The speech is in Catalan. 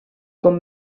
com